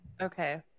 Okay